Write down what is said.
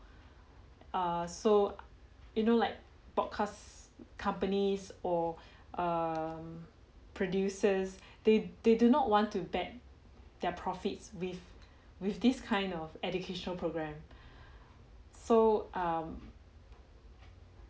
err so you know like broadcast companies or err producers they they do not want to bet their profits with with this kind of educational program so um